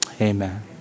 Amen